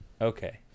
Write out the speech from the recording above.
Okay